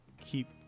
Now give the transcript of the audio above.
keep